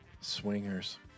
Swingers